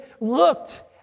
looked